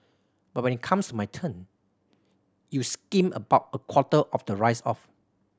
but when it comes my turn you skim about a quarter of the rice off